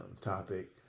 topic